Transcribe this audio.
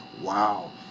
wow